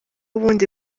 ubundi